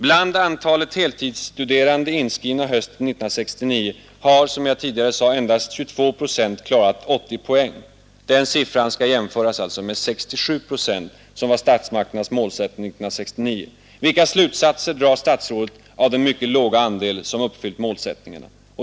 Bland antalet heltidsstuderande inskrivna hösten 1969 har, som jag tidigare sade, endast 22 procent klarat 80 poäng. Den siffran skall alltså jämföras med 67 procent, som var statsmakternas målsättning 1969. Vilka slutsatser drar statsrådet av den mycket låga andel som har uppnått målet? 10.